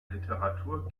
literatur